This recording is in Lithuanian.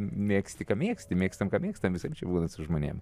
mėgsti ką mėgsti mėgstam ką mėgstam visaip čia būna su žmonėm